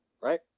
Right